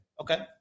okay